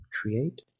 create